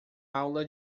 aula